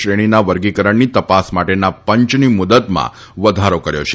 શ્રેણીના વર્ગીકરણની તપાસ માટેના પંચની મુદતમાં વધારો કર્યો છે